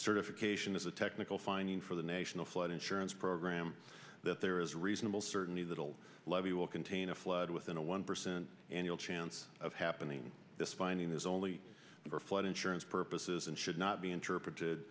certification is a technical finding for the national flood insurance program that there is reasonable certainty that all levy will contain a flood within a one percent annual chance of happening this finding is only for flood insurance purposes and should not be interpreted